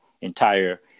entire